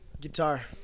Guitar